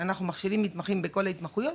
מכשירים מתמחים בכל ההתמחויות,